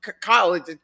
Kyle